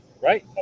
Right